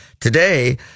Today